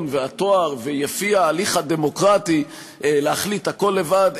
והטוהר ויפי ההליך הדמוקרטי להחליט הכול לבד,